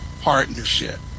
partnership